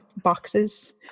boxes